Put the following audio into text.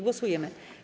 Głosujemy.